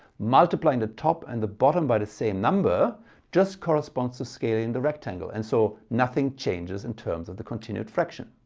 multiplying the top and the bottom by the same number just corresponds to scaling the rectangle and so nothing changes in terms of the continued fraction.